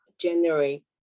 January